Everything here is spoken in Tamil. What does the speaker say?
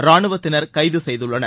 ராணுவத்தினர் கைது செய்துள்ளனர்